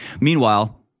Meanwhile